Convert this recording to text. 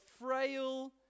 frail